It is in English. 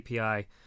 api